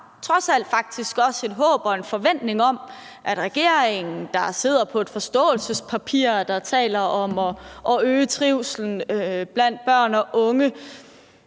trods alt faktisk også et håb og en forventning om, at regeringen, der bygger på et forståelsespapir, hvor der tales om at øge trivslen blandt børn og unge,